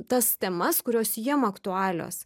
tas temas kurios jiem aktualios